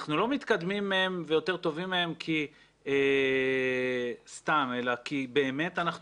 אנחנו לא מתקדמים ויותר טובים מהם סתם אלא כי באמת אנחנו